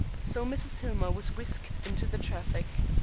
so mrs. hillmer was whisked into the traffic.